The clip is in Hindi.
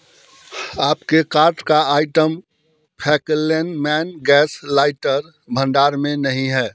आपके कार्ट का आइटम फैकेलेनमैन गैस लाइटर भंडार में नहीं है